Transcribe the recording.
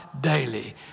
daily